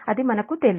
అది మనకు తెలుసు